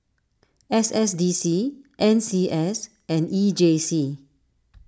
S S D C N C S and E J C